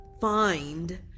find